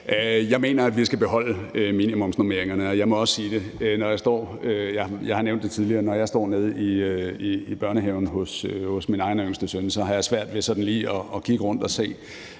Jeg mener, at vi skal beholde minimumsnormeringerne. Jeg må også sige det, og jeg har nævnt det tidligere: Når jeg står nede i børnehaven hos min egen yngste søn, har jeg svært ved sådan lige at kigge rundt og se,